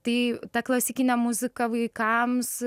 tai ta klasikinė muzika vaikams